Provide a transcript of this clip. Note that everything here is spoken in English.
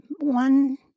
one